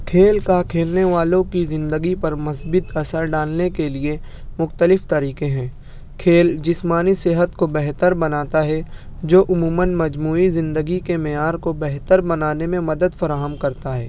کھیل کا کھیلنے والوں کی زندگی پر مثبت اثر ڈالنے کے لیے مختلف طریقے ہیں کھیل جسمانی صحت کو بہتر بناتا ہے جو عموماً مجموعی زندگی کے معیار کو بہتر بنانے میں مدد فراہم کرتا ہے